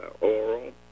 Oral